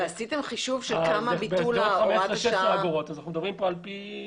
אנחנו מדברים על פי